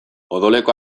odoleko